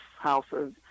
houses